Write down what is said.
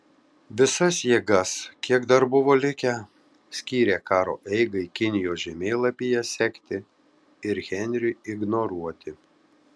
visas jėgas kiek dar buvo likę skyrė karo eigai kinijos žemėlapyje sekti ir henriui ignoruoti